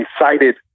Excited